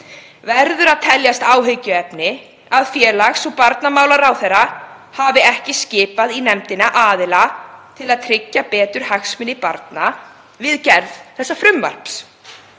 verður að teljast áhyggjuefni að félags- og barnamálaráðherra hafi ekki skipað í nefndina aðila til að tryggja betur hagsmuni barna við gerð frumvarpsins.